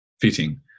fitting